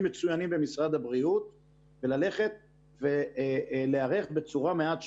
מצוינים במשרד הבריאות וללכת ולהיערך בצורה מעט שונה.